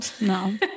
No